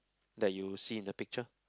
that you see in the picture